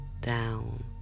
down